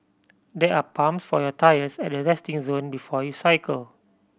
there are pumps for your tyres at the resting zone before you cycle